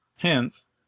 Hence